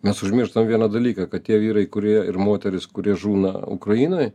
mes užmirštam vieną dalyką kad tie vyrai kurie ir moterys kurie žūna ukrainoj